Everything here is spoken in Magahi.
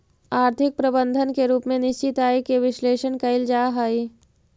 आर्थिक प्रबंधन के रूप में निश्चित आय के विश्लेषण कईल जा हई